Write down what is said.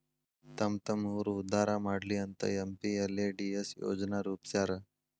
ತಮ್ಮ್ತಮ್ಮ ಊರ್ ಉದ್ದಾರಾ ಮಾಡ್ಲಿ ಅಂತ ಎಂ.ಪಿ.ಎಲ್.ಎ.ಡಿ.ಎಸ್ ಯೋಜನಾ ರೂಪ್ಸ್ಯಾರ